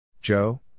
Joe